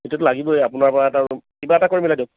এতিয়াতো লাগিবই আপোনাৰ পৰা এটা ৰুম কিবা এটা কৰি মিলাই দিয়ক